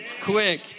quick